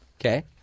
Okay